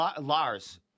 Lars